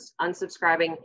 unsubscribing